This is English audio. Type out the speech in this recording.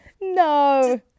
No